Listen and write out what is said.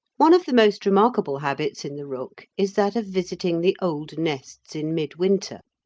one of the most remarkable habits in the rook is that of visiting the old nests in mid-winter.